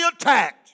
attacked